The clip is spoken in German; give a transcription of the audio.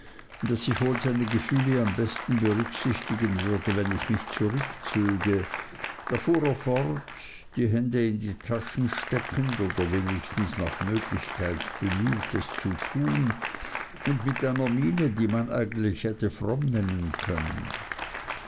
daß ich wohl seine gefühle am besten berücksichtigen würde wenn ich mich zurückzöge da fuhr er fort die hände in die taschen steckend oder wenigstens nach möglichkeit bemüht es zu tun und mit einer miene die man eigentlich hätte fromm nennen können